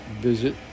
visit